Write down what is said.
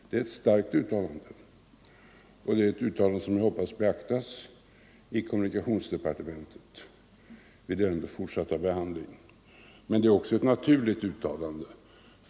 Det är ett starkt uttalande, som jag hoppas beaktas i kommunikationsdepartementet i den fortsatta behandlingen. Men det är också ett naturligt uttalande.